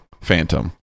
phantom